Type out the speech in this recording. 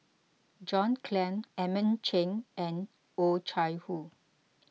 John Clang Edmund Cheng and Oh Chai Hoo